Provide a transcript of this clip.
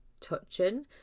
touching